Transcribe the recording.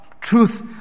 truth